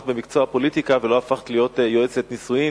במקצוע הפוליטיקה ולא הפכת להיות יועצת נישואים,